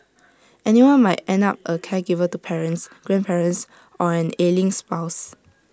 anyone might end up A caregiver to parents grandparents or an ailing spouse